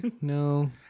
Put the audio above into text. No